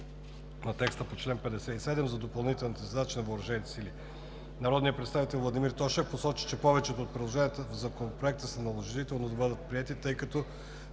на текста по чл. 57 за допълнителните задачи на въоръжените сили. Народният представител Владимир Тошев посочи, че повечето от предложенията в Законопроекта е наложително да бъдат приети, тъй като